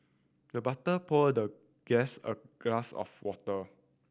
the butler poured the guest a glass of water